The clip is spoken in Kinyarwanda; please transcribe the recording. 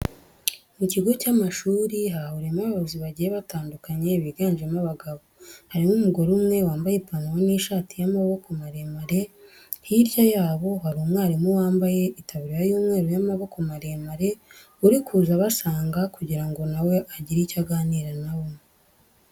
Mu kigo cy'amashuri hahuriye abayobozi bagiye batandukanye biganjemo abagabo. Harimo umugore umwe wambaye ipantaro n'ishati y'amaboko maremare, hirya yabo hari umwarimu wambaye itaburiya y'umweru y'amaboko maremare uri kuza abasanga kugira ngo na we agire icyo aganira na bo.